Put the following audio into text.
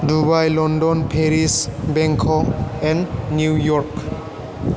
Dubai London Paris Bangkok and New York